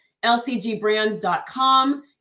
LCGBrands.com